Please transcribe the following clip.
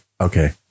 okay